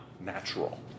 natural